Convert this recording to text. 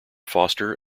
foster